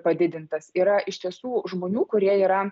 padidintas yra iš tiesų žmonių kurie yra